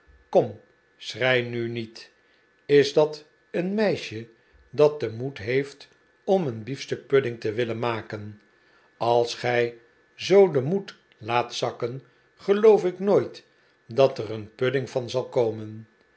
kom schrei nu niet is dat een meisje dat den moed heeft om een biefstukpudding te willen maken als gij zoo den moed laat zakken geloof ik nooit dat er een pudding van zal komen